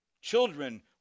Children